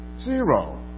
zero